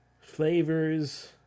flavors